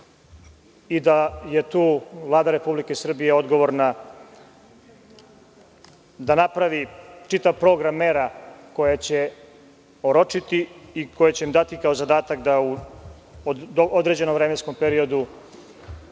i da je tu Vlada Republike Srbije odgovorna da napravi čitav program mera koje će oročiti i koje će im dati, kao zadatak, da u određenom vremenskom periodu